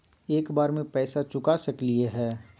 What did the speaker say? एक बार में पैसा चुका सकालिए है?